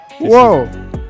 Whoa